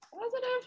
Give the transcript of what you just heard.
Positive